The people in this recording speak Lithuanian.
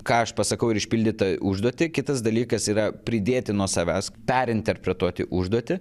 ką aš pasakau ir išpildytą užduotį kitas dalykas yra pridėti nuo savęs perinterpretuoti užduotį